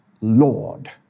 Lord